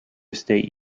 state